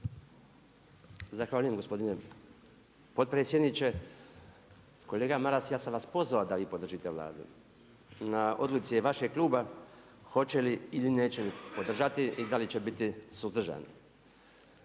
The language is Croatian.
Zahvaljujem gospodine potpredsjedniče. Kolega Maras, ja sam vas poznao da vi podržite Vladu. Na odluci je vašeg kluba hoće li ili neće podržati i da li će biti suzdržan.